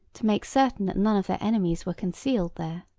to make certain that none of their enemies were concealed there.